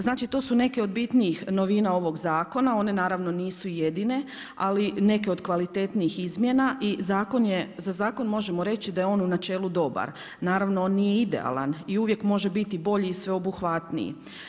Znači to su neke od bitnijih novina ovog zakona, one naravno nisu jedine ali neke od kvalitetnijih izmjena i zakon je, za zakon možemo reći da je on u načelu dobar, naravno on nije idealan i uvijek može biti i bolji i sveobuhvatniji.